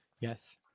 yes